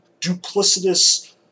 duplicitous